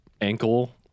ankle